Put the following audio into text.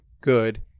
good